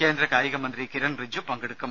കേന്ദ്ര കായിക മന്ത്രി കിരൺ റിജ്ജു പങ്കെടുക്കും